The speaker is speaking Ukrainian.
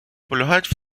полягають